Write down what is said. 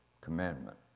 commandment